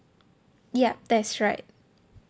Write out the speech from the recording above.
yup that's right